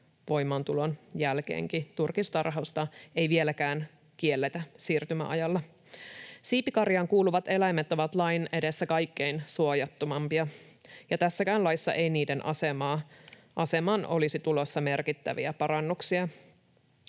voimaantulon jälkeenkin. Turkistarhausta ei vieläkään kielletä siirtymäajalla. Siipikarjaan kuuluvat eläimet ovat lain edessä kaikkein suojattomimpia, ja tässäkään laissa ei niiden asemaan olisi tulossa merkittäviä parannuksia.